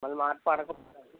మళ్ళీ మాట పడకూడదు